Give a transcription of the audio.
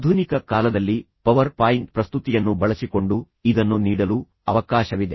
ಆಧುನಿಕ ಕಾಲದಲ್ಲಿ PowerPoint ಪ್ರಸ್ತುತಿಯನ್ನು ಬಳಸಿಕೊಂಡು ಇದನ್ನು ನೀಡಲು ಅವಕಾಶವಿದೆ